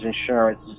Insurance